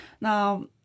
Now